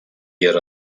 yer